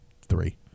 three